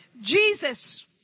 Jesus